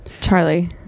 charlie